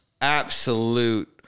absolute